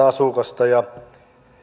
asukasta ja